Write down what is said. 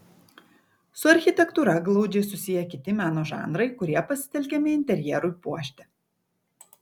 su architektūra glaudžiai susiję kiti meno žanrai kurie pasitelkiami interjerui puošti